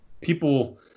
people